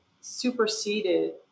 superseded